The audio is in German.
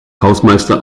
hausmeister